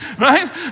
right